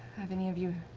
have any of you